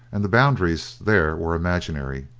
and the boundaries there were imaginary.